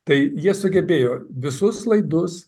tai jie sugebėjo visus laidus